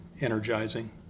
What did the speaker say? energizing